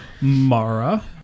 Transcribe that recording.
Mara